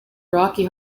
rocky